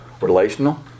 Relational